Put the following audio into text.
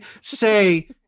say